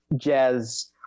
jazz